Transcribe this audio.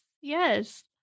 Yes